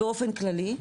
באופן כללי.